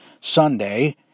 Sunday